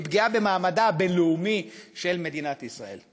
היא פגיעה במעמדה הבין-לאומי של מדינת ישראל,